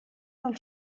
del